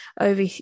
Over